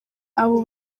abo